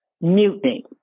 Mutiny